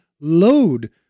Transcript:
load